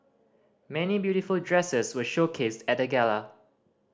many beautiful dresses were showcased at the gala